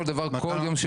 אני